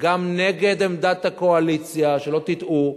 גם נגד עמדת הקואליציה, שלא תטעו.